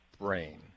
brain